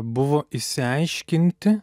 buvo išsiaiškinti